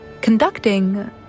conducting